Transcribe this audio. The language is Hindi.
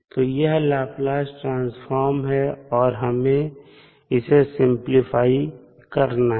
तो यह लाप्लास ट्रांसफॉर्म है और हमें इसे सिंपलीफाई करना है